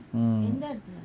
mm